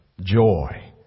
Joy